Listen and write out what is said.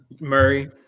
Murray